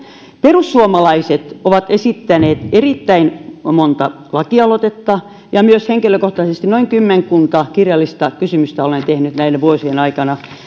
perussuomalaiset ovat esittäneet erittäin monta lakialoitetta ja myös henkilökohtaisesti noin kymmenkunta kirjallista kysymystä olen tehnyt näiden vuosien aikana